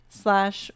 slash